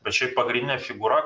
bet šiaip pagrindinė figūra